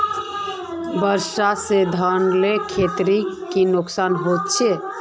वर्षा से धानेर खेतीर की नुकसान होचे?